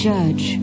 Judge